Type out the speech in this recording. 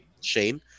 Shane